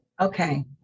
Okay